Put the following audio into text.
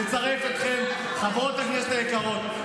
אני מצרף אתכן, חברות הכנסת היקרות.